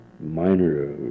Minor